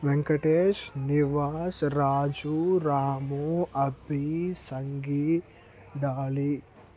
Venkatesh Nivas Raju Ramu Abbi Sanghi Dolly